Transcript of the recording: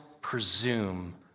presume